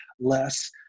less